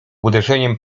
uderzeniem